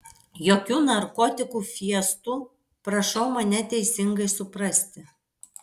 jokių narkotikų fiestų prašau mane teisingai suprasti